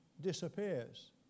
disappears